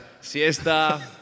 Siesta